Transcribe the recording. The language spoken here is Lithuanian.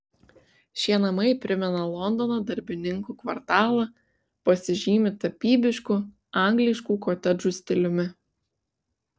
šie namai primena londono darbininkų kvartalą pasižymi tapybišku angliškų kotedžų stiliumi